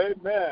Amen